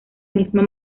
misma